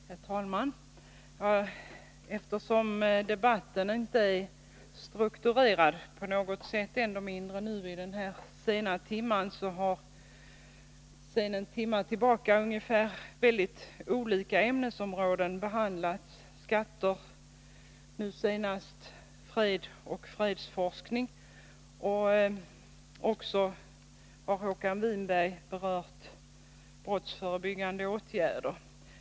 Herr talman! Eftersom debatten inte på något sätt är strukturerad — ännu mindre nu i denna sena stund — har sedan en timme tillbaka väldigt olika ämnesområden behandlats, bl.a. skatter och nu senast fred och fredsforskning. Håkan Winberg har berört frågan om brottsförebyggande åtgärder.